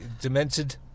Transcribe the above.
demented